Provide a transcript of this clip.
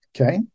Okay